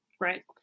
Right